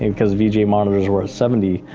and cause vga monitors were at seventy,